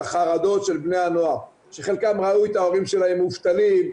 לחרדות של בני הנוער שחלקם ראו את ההורים שלהם מובטלים,